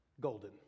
golden